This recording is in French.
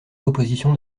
l’opposition